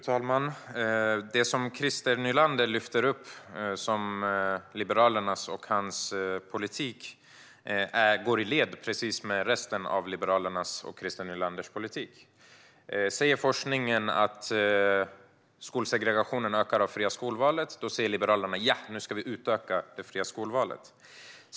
Fru talman! Det Christer Nylander lyfter upp som sin och Liberalernas politik går i linje med resten av Liberalernas och Christer Nylanders politik. Om forskningen säger att skolsegregationen ökar på grund av det fria skolvalet säger Liberalerna: Ja! Nu ska vi öka det fria skolvalet.